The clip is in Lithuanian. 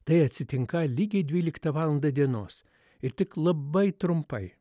tai atsitinka lygiai dvyliktą valandą dienos ir tik labai trumpai